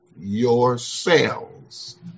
yourselves